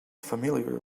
familiar